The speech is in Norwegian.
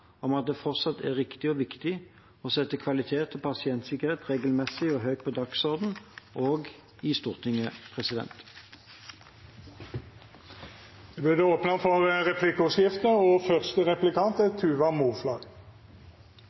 om at det fortsatt er riktig og viktig å sette kvalitet og pasientsikkerhet regelmessig og høyt på dagsordenen, også i Stortinget. Det